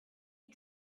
you